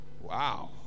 Wow